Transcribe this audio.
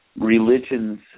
religions